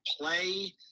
play